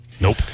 Nope